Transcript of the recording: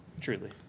truly